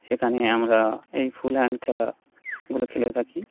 সেখানে আমরা এই ফুল হ্যান্ড খেলাগুলো খেলে থাকি